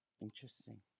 interesting